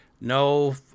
no